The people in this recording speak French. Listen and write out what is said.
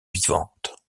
vivante